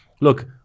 look